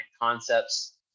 concepts